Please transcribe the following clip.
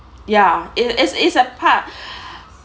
ya it's it's it's a part